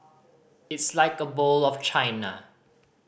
it's like a bowl of China